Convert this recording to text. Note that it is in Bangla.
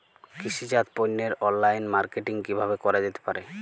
কৃষিজাত পণ্যের অনলাইন মার্কেটিং কিভাবে করা যেতে পারে?